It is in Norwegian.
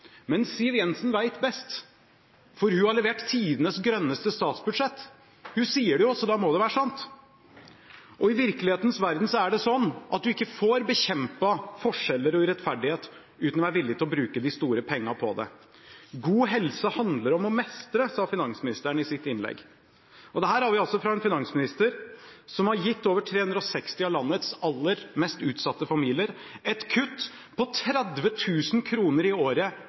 Men Siv Jensen vet best, for hun har levert tidenes grønneste statsbudsjett. Hun sier det jo, så da må det være sant. I virkelighetens verden er det slik at en får ikke bekjempet forskjeller og urettferdighet uten å være villig til å bruke de store pengene på det. God helse handler om å mestre, sa finansministeren i sitt innlegg. Det har vi fra en finansminister som har gitt over 360 av landets aller mest utsatte familier et kutt på 30 000 kr i året